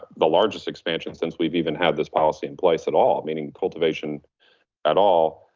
the largest expansion since we've even had this policy in place at all, meaning cultivation at all,